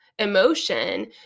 emotion